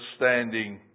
understanding